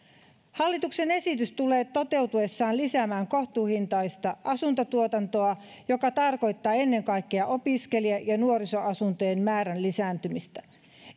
hallituksen esitys tulee toteutuessaan lisäämään kohtuuhintaista asuntotuotantoa mikä tarkoittaa ennen kaikkea opiskelija ja nuorisoasuntojen määrän lisääntymistä